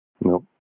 No